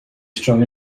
strong